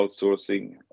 outsourcing